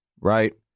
right